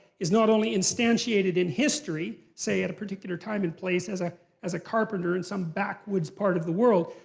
is not only instantiated in history, say, at a particular time and place, as ah as a carpenter in some backwoods part of the world,